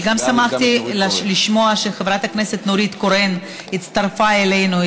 אני גם שמחתי לשמוע שחברת הכנסת נורית קורן הצטרפה אלינו.